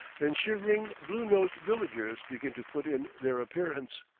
than shivering, blue-nosed villagers begin to put in their appearance,